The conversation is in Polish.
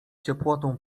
ciepłotą